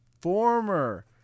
former